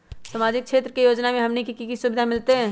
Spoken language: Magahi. सामाजिक क्षेत्र के योजना से हमनी के की सुविधा मिलतै?